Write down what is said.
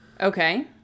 Okay